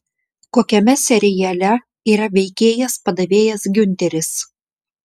kokiame seriale yra veikėjas padavėjas giunteris